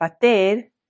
Pater